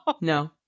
No